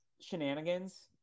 shenanigans